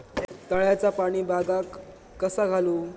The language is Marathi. तळ्याचा पाणी बागाक कसा घालू?